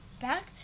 back